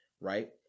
Right